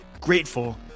grateful